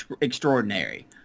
extraordinary